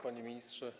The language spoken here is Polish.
Panie Ministrze!